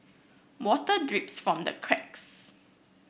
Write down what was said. water drips from the cracks